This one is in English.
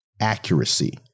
accuracy